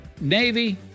Navy